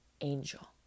angel